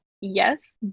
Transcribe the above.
yes